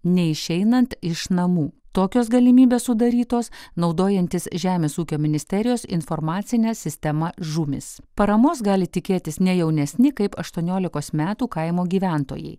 neišeinant iš namų tokios galimybės sudarytos naudojantis žemės ūkio ministerijos informacine sistema žūmis paramos gali tikėtis ne jaunesni kaip aštuoniolikos metų kaimo gyventojai